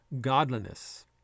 godliness